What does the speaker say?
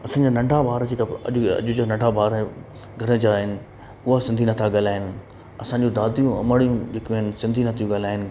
असांजा नंढा ॿार जेका अॼु अॼु जा नंढा ॿार घर जा आहिनि ऊअं सिंधी न था ॻाल्हाइनि असांजियूं दादियूं अमड़ियूं जेकियूं आहिनि सिंधी न थियूं ॻाल्हाइनि